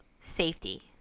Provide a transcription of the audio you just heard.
safety